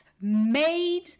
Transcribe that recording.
made